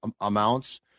amounts